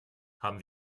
haben